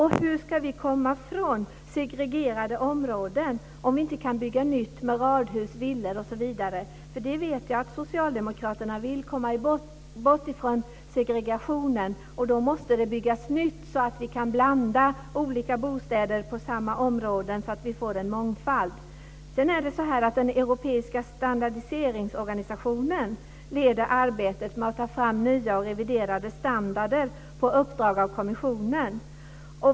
Hur ska vi komma ifrån segregerade områden om vi inte kan bygga radhus, villor osv? Jag vet att socialdemokraterna vill komma bort från segregationen. Då måste det byggas nytt, så att vi kan blanda olika sorters bostäder i ett och samma område, så att vi får en mångfald. Den europeiska standardiseringsorganisationen leder arbetet med att ta fram nya och reviderade standarder på uppdrag av kommissionen.